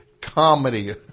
Comedy